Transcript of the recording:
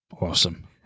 awesome